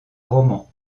roman